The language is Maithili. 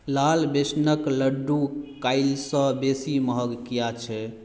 लाल बेसनक लड्डू काल्हि सऽ बेसी महग किए छै